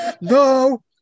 No